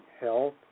health